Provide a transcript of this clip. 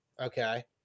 Okay